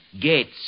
Gates